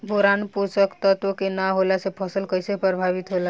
Boron पोषक तत्व के न होला से फसल कइसे प्रभावित होला?